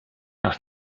nach